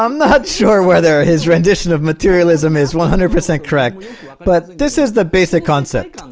um not sure whether his rendition of materialism is one hundred percent correct but this is the basic concept